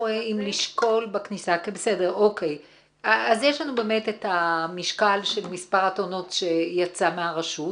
יש לנו באמת את המשקל של מספר הטונות שיצא מהרשות.